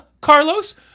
Carlos